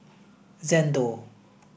Xndo